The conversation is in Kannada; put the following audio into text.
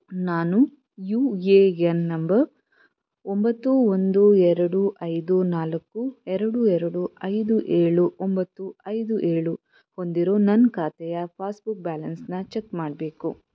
ನಾನು ಯು ಎ ಎನ್ ನಂಬರ್ ಒಂಬತ್ತು ಒಂದು ಎರಡು ಐದು ನಾಲ್ಕು ಎರಡು ಎರಡು ಐದು ಏಳು ಒಂಬತ್ತು ಐದು ಏಳು ಹೊಂದಿರೋ ನನ್ನ ಖಾತೆಯ ಪಾಸ್ಬುಕ್ ಬ್ಯಾಲೆನ್ಸನ್ನ ಚೆಕ್ ಮಾಡಬೇಕು